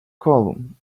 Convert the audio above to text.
column